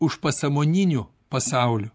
užpasąmoniniu pasauliu